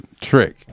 trick